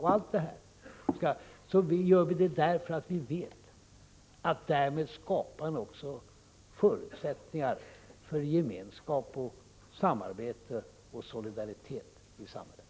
Vi gör det därför att vi vet att därmed skapar man också förutsättningar för gemenskap, samarbete och solidaritet i samhället.